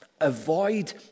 avoid